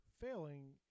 Failing